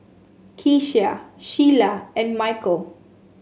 Keshia Shiela and Mykel